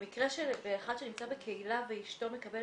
במקרה של אחד שנמצא בקהילה ואשתו מקבל